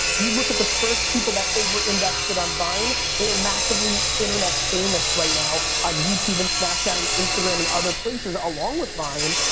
you look at the first people that over indexed it on vine, they are massively internet famous right now on youtube and snapchat and instagram and other places along with vine.